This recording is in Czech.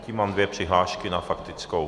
Zatím mám dvě přihlášky na faktické.